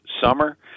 summer